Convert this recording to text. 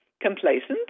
complacent